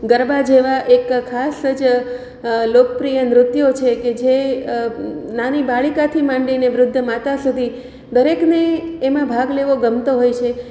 ગરબા જેવા એક ખાસ જ લોકપ્રિય નૃત્યો છે કે જે નાની બાળકીથી માંડીને વૃદ્ધ માતા સુધી દરેકને એમાં ભાગ લેવો ગમતો હોય છે